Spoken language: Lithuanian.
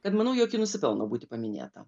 kad manau jog ji nusipelno būti paminėta